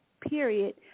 period